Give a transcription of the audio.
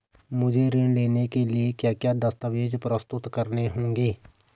मुझे ऋण लेने के लिए क्या क्या दस्तावेज़ प्रस्तुत करने होंगे?